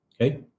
okay